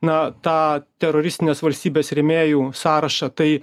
na tą teroristinės valstybės rėmėjų sąrašą tai